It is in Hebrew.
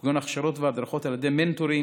כמו הכשרות והדרכות על ידי מנטורים